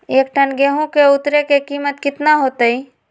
एक टन गेंहू के उतरे के कीमत कितना होतई?